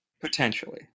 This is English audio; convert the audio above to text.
Potentially